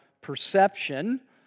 perception